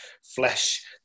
flesh